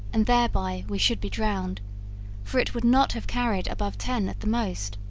and thereby we should be drowned for it would not have carried above ten at the most.